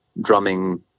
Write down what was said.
drumming